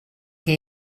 que